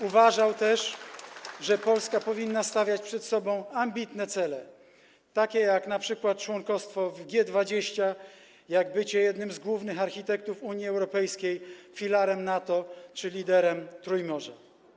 Uważał też, że Polska powinna stawiać przed sobą ambitne cele, takie jak np. członkostwo w G20, jak bycie jednym z głównych architektów Unii Europejskiej, filarem NATO czy liderem Trójmorza.